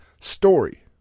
story